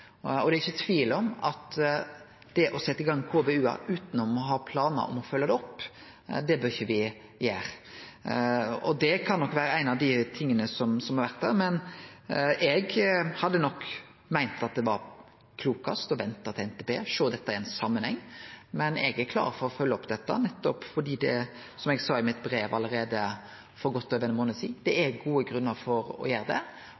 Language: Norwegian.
forventning. Det er ikkje tvil om at å setje i gang KVU-ar utan å ha planar om å følgje opp bør me ikkje gjere. Eg hadde nok meint at det var klokast å vente på NTP og sjå dette i ein samanheng, men eg er klar for å følgje opp dette, for som eg sa i brevet mitt allereie for godt over ein månad sidan, er det gode grunnar for å gjere det,